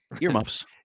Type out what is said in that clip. Earmuffs